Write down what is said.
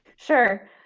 Sure